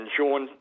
Sean